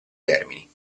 termini